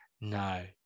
no